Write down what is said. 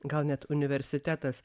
gal net universitetas